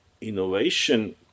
innovation